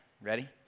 ready